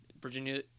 Virginia